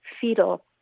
fetal